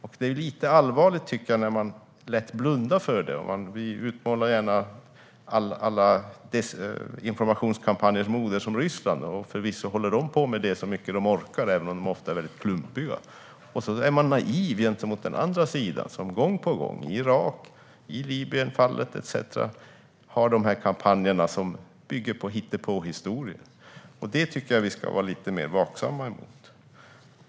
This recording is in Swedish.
Och det är allvarligt när man lätt blundar för det. Vi utmålar gärna alla desinformationskampanjers moder som Ryssland. De håller förvisso på med det så mycket de orkar, även om de ofta är klumpiga. Men man är naiv gentemot den andra sidan, som gång på gång, i fallen med Irak och Libyen etcetera, för kampanjer som bygger på hitte-på-historier. Det tycker jag att vi ska vara lite mer vaksamma mot.